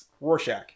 Rorschach